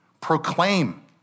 Proclaim